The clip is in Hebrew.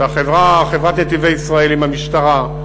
חברת "נתיבי ישראל" עם המשטרה,